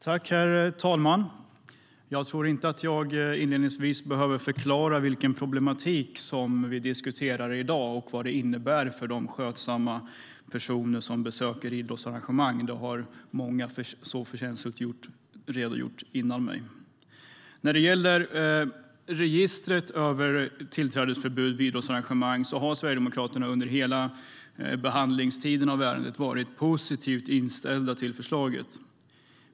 Herr talman! Jag tror inte att jag inledningsvis behöver förklara vilken problematik vi diskuterar i dag och vad den innebär för de skötsamma personer som besöker idrottsevenemang; detta har många så förtjänstfullt redogjort för före mig. När det gäller registret över tillträdesförbud vid idrottsarrangemang har Sverigedemokraterna under hela behandlingstiden av ärendet varit positivt inställda till förslaget.